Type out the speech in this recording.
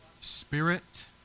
spirit